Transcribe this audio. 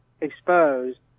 exposed